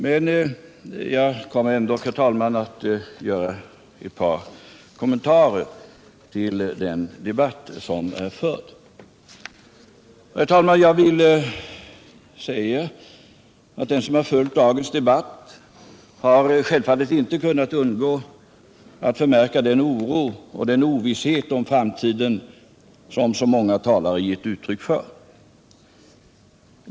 Jag kommer ändå, herr talman, att göra ett par kommentarer till den förda debatten. Den som har följt dagens debatt har självfallet inte kunnat undgå att märka den oro och ovisshet inför framtiden som så många talare gett uttryck för.